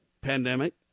pandemic